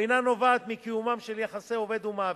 ואינה נובעת מקיומם של יחסי עובד ומעביד.